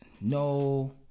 No